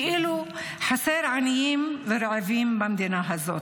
כאילו חסרים עניים ורעבים במדינה הזאת.